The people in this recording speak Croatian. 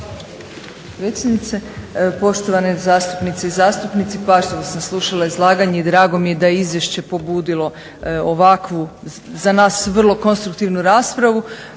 potpredsjednice. Poštovane zastupnice i zastupnici, pažljivo sam slušala izlaganja i drago mi je da je izvješće pobudilo ovakvu za nas vrlo konstruktivnu raspravu.